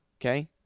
okay